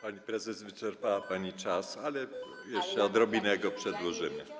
Pani prezes, wyczerpała pani czas, ale jeszcze odrobinę go przedłużymy.